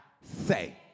say